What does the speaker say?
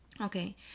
Okay